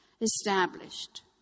established